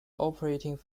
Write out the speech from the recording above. operating